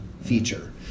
feature